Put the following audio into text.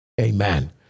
Amen